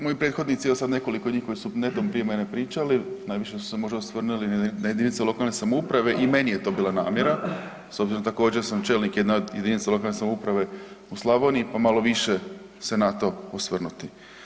Moji prethodnici, evo sada nekoliko njih koji su netom prije mene pričali najviše su se možda osvrnuli na jedinice lokalne samouprave i meni je to bila namjera, s obzirom da sam također čelnik jedne od jedinica lokalne samouprave u Slavoniji pa malo više se na to osvrnuti.